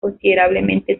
considerablemente